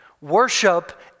Worship